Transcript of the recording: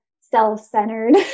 self-centered